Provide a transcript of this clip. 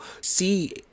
see